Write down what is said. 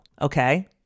Okay